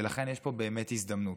ולכן יש פה באמת הזדמנות,